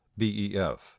BEF